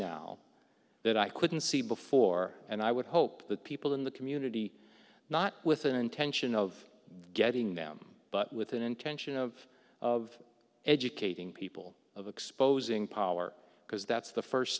now that i couldn't see before and i would hope that people in the community not with an intention of getting them but with an intention of of educating people of exposing power because that's the first